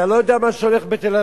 אתה לא יודע מה הולך בתל-אביב.